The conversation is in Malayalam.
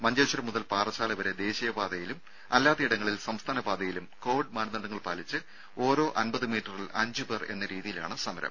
മഞ്ചേശ്വരം മുതൽ പാറശ്ശാല വരെ ദേശീയപാതയിലും അല്ലാത്ത ഇടങ്ങളിൽ സംസ്ഥാന പാതയിലും കോവിഡ് മാനദണ്ഡങ്ങൾപാലിച്ച് ഓരോ അമ്പത് മീറ്ററിൽ അഞ്ചുപേർ എന്ന രീതിയിലാണ് സമരം